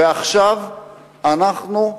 ועכשיו אנחנו,